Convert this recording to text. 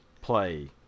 play